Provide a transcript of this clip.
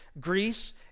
Greece